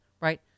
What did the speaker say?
right